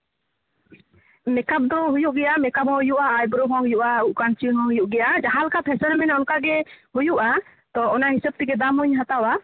makeup ᱫᱚ ᱦᱩᱭᱩᱜ ᱜᱮᱭᱟ ᱢᱮᱠᱟᱯ ᱦᱚᱸ ᱦᱩᱭᱩᱜᱼᱟ ᱟᱭᱵᱨᱳ ᱦᱚᱸ ᱦᱩᱭᱩᱜᱼᱟ ᱩᱯ ᱠᱟᱹᱢᱪᱤᱜ ᱦᱚᱸ ᱦᱩᱭᱩᱜ ᱜᱮᱭᱟ ᱡᱟᱦᱟᱸᱞᱮᱠᱟ ᱯᱷᱮᱥᱮᱱ ᱢᱮᱱᱟᱜᱼᱟ ᱚᱱᱠᱟᱜᱮ ᱦᱩᱭᱩᱜᱼᱟ ᱛᱚ ᱚᱱᱟ ᱦᱤᱥᱟᱹᱵᱽ ᱛᱮᱜᱮ ᱫᱟᱢ ᱦᱚᱧ ᱦᱟᱛᱟᱣᱟ